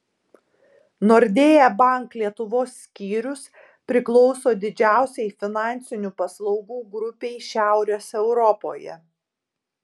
nordea bank lietuvos skyrius priklauso didžiausiai finansinių paslaugų grupei šiaurės europoje